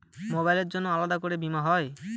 মোবাইলের জন্য আলাদা করে বীমা হয়?